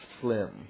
slim